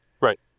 Right